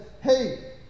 hey